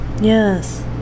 Yes